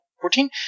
Fourteen